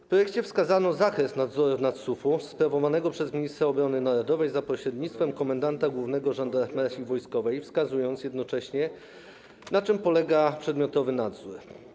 W projekcie wskazano zakres nadzoru nad SUFO sprawowanego przez ministra obrony narodowej za pośrednictwem komendanta głównego Żandarmerii Wojskowej, wskazując jednocześnie, na czym polega przedmiotowy nadzór.